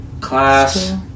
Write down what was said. class